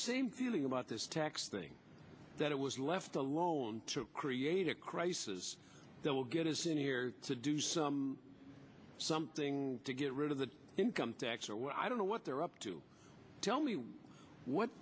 same feeling about this tax thing that it was left alone to create a crisis that will get us in here to do some something to get rid of the income tax or what i don't know what they're up to tell me what